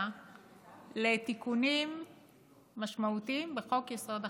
לתיקונים משמעותיים בחוק-יסוד החקיקה.